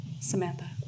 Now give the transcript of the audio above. Samantha